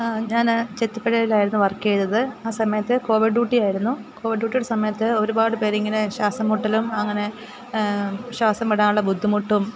ആ ഞാൻ ചെത്തിപ്പുഴയിലായിരുന്നു വർക്ക് ചെയ്തത് ആ സമയത്ത് കോവിഡ് ഡ്യൂട്ടി ആയിരുന്നു കോവിഡ് ഡ്യൂട്ടിയുടെ സമയത്ത് ഒരുപാട് പേര് ഇങ്ങനെ ശ്വാസം മുട്ടലും അങ്ങനെ ശ്വാസം വിടാനുള്ള ബുദ്ധിമുട്ടും